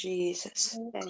Jesus